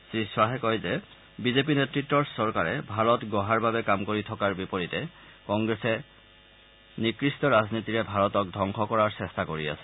শ্ৰীশ্বাহে কয় যে বিজেপি নেতৃত্বৰ চৰকাৰে ভাৰত গঢ়াৰ বাবে কাম কৰি থকাৰ বিপৰীতে কংগ্ৰেছে নিকৃষ্ট ৰাজনীতিৰে ভাৰতক ধবংস কৰাৰ চেষ্টা কৰি আছে